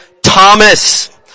Thomas